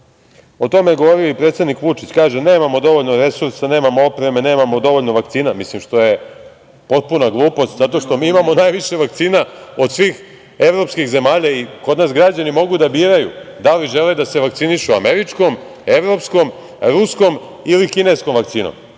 o tome je govorio i predsednik Vučić, kaže - nemamo dovoljno resursa, nemamo opreme, nemamo dovoljno vakcina, što je potpuna glupost, zato što mi imamo najviše vakcina od svih evropskih zemalja. Kod nas građani mogu da biraju da li žele da se vakcinišu američkom, evropskom, ruskom ili kineskom. Toga nema